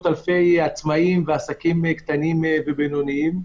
אלפי עצמאים ועסקים קטנים ובינוניים.